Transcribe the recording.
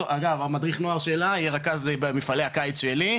אגב המדריך נוער שלה יהיה רכז במפעלי הקיץ שלי,